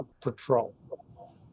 Patrol